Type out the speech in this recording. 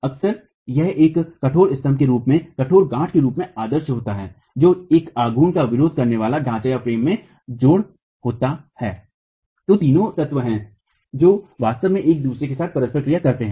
अक्सर यह एक कठोर स्तंभ के रूप में कठोर गाँठ के रूप में आदर्श होता है जो एक आघूर्ण का विरोध करने वाले ढांचेफ्रेम में जोड़ होता है तो तीनों तत्व हैं जो वास्तव में एक दूसरे के साथ परस्पर क्रिया करते हैं